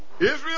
Israel